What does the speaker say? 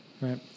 Right